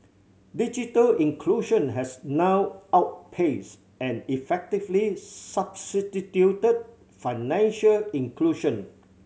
digital inclusion has now outpaced and effectively substituted financial inclusion